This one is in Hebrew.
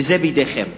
וזה בידיכם.